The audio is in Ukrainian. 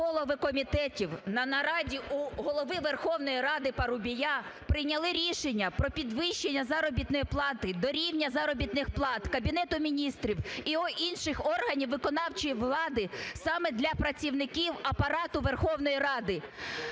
Верховної Ради Парубія прийняли рішення про підвищення заробітної плати до рівня заробітних плат Кабінету Міністрів і інших органів виконавчої влади саме для працівників Апарату Верховної Ради.